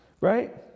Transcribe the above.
right